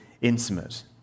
intimate